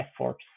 efforts